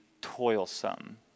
toilsome